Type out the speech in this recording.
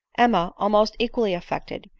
emma, almost equally affected,